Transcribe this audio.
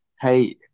Hey